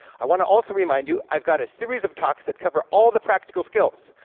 i want to also remind you i've got a series of talks that cover all the practical skills.